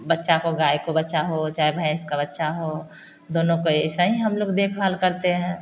बच्चा को गाय का बच्चा हो चाहे भैंस का बच्चा हो दोनों को ऐसा ही हम लोग देखभाल करते हैं